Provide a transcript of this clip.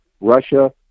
Russia